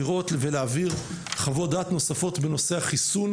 לראות ולהעביר חוות דעת נוספות בנושא החיסון